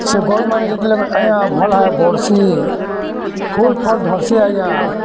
ସେ ଗଛ୍ମାନେ ଯେତେବେଲେ ଆଜ୍ଞା ଭଲ୍ ଭାବେ ବଢ଼ସି ଫୁଲ୍ ଫଲ୍ ଧର୍ସି ଆଜ୍ଞା